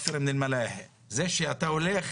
זה שאתה הולך,